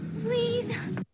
Please